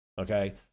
okay